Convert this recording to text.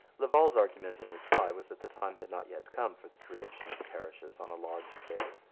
laval's argument in reply was that the time had not yet come for the creation of parishes on a large scale.